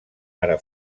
ara